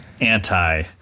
anti